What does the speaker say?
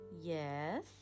Yes